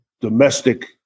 domestic